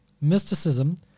mysticism